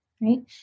right